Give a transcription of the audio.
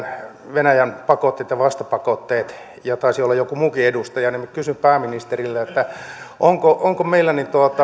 venäjän pakotteet ja vastapakotteet ja taisi olla joku muukin edustaja kysyn pääministeriltä onko meillä